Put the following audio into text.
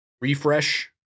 refresh